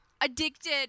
addicted